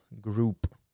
group